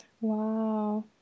Wow